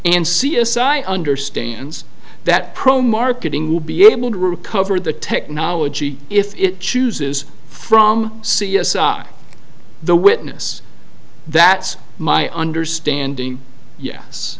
and c s i understands that pro marketing will be able to recover the technology if it chooses from c s i the witness that's my understanding yes